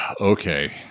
okay